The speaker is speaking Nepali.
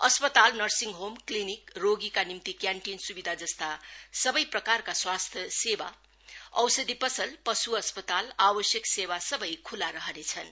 अस्पताल नर्सिङ होम क्लीनिक रोगीका निम्ति क्यान्टिन सुविधाजस्ता सबै प्रकारका स्वास्थ्य सेवा औषधी पसल पशु अस्पताल आवश्यक सेवा सबै ख्लै रहनेछन्